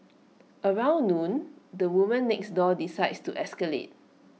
around noon the woman next door decides to escalate